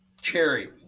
Cherry